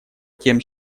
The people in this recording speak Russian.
тем